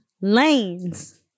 lanes